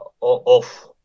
off